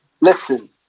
listen